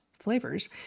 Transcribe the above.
flavors